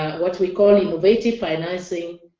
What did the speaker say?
what we call innovative financing